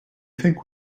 think